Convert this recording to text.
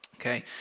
okay